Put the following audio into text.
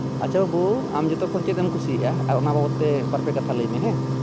ᱟᱪᱷᱟ ᱵᱟᱹᱵᱩ ᱟᱢ ᱡᱚᱛᱚ ᱠᱷᱚᱱ ᱪᱮᱫ ᱮᱢ ᱠᱩᱥᱤᱭᱟᱜᱼᱟ ᱚᱱᱟ ᱵᱟᱵᱚᱛ ᱛᱮ ᱵᱟᱨᱯᱮ ᱠᱟᱛᱷᱟ ᱞᱟᱹᱭᱢᱮ ᱦᱮᱸ